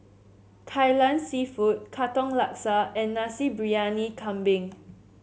Kai Lan seafood Katong Laksa and Nasi Briyani Kambing